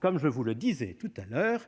Comme je vous le disais, nous souhaitons